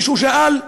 מישהו שאל?